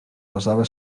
basava